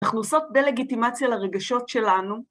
אנחנו עושות דה לגיטימציה לרגשות שלנו.